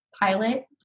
pilot